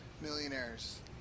millionaires